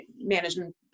management